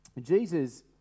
Jesus